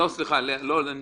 לאה, את